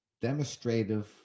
demonstrative